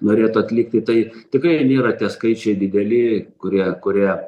norėtų atlikti tai tikrai nėra tie skaičiai dideli kurie kurie